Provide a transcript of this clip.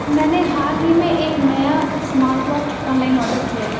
میں نے حال ہی میں ایک نیا smart watch online order کیا ہے